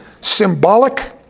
symbolic